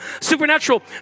Supernatural